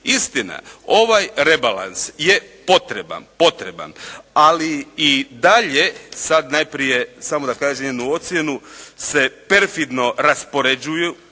Istina, ovaj rebalans je potreban, ali i dalje sad najprije samo da kažem jednu ocjenu, se perfidno raspoređuju